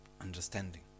understanding